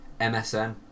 MSN